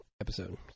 episode